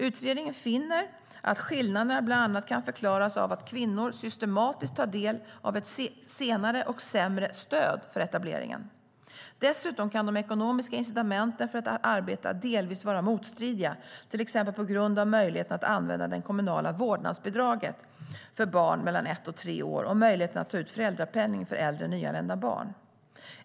Utredningen finner att skillnaderna bland annat kan förklaras av att kvinnor systematiskt tar del av ett senare och sämre stöd för etableringen. Dessutom kan de ekonomiska incitamenten för att arbeta delvis vara motstridiga, till exempel på grund av möjligheten att använda det kommunala vårdnadsbidraget för barn mellan ett och tre år och möjligheten att ta ut föräldrapenning för äldre nyanlända barn.